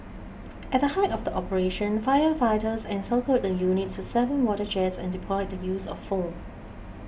at height of the operation firefighters encircled the units with seven water jets and deployed the use of foam